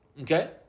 Okay